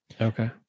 Okay